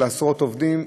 של עשרות עובדים,